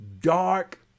dark